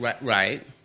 Right